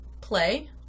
Play